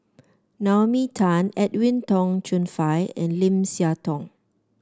Naomi Tan Edwin Tong Chun Fai and Lim Siah Tong